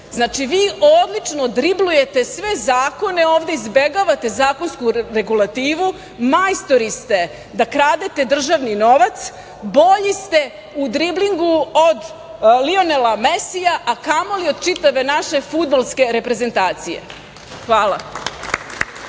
znači, vi odlično driblujete sve zakone ovde, izbegavate zakonsku regulativu, majstori ste da kradete državni novac, bolji ste u driblingu od Lionela Mesija, a kamoli od čitave naše fudbalske reprezentacije. Hvala.